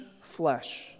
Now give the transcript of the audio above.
flesh